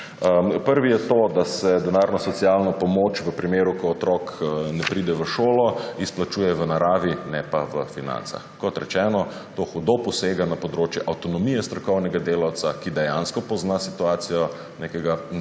Prvi je to, da se denarno socialno pomoč v primeru, ko otrok ne pride v šolo, izplačuje v naravi, ne pa v financah. Kot rečeno, to hudo posega na področje avtonomije strokovnega delavca, ki dejansko pozna situacijo neke